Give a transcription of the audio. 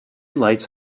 lights